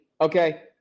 Okay